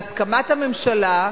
בהסכמת הממשלה,